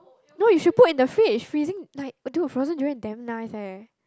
no you should put in the fridge freezing like do a frozen durian damn nice eh